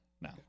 no